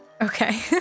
Okay